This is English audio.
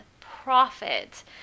profit